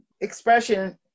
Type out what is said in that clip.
expression